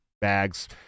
bags